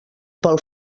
pel